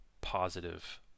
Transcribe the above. positive